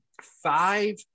five